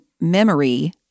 memory